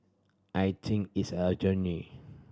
I think it's a journey